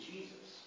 Jesus